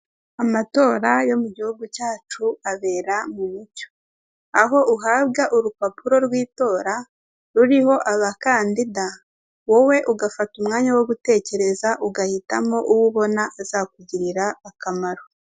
Mu rwanda hari abacururiza ku ikoranabuhanga nko mu Rukari. Wabagana ugatuma ibyo ukeneye byose bakabikugezaho utiriwe uva aho uherereye guhaha wifashishije ikoranabuhanga na byo ni byiza biradufasha.